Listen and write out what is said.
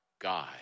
God